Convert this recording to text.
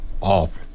off